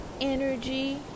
energy